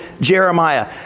Jeremiah